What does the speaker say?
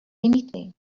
anything